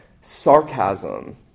sarcasm